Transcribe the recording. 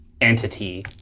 entity